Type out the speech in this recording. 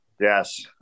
Yes